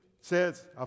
says